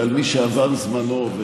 ועל מי שעבר זמנו,